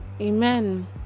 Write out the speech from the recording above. amen